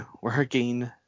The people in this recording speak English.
working